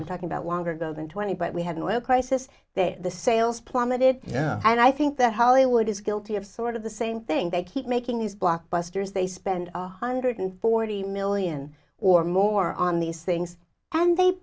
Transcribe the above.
i'm talking about longer ago than twenty but we had an oil crisis there the sales plummeted yeah and i think that hollywood is guilty of sort of the same thing they keep making these blockbusters they spend one hundred forty million or more on these things and they